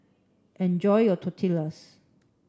enjoy your Tortillas